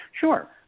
Sure